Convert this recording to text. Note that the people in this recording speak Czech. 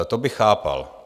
To bych chápal.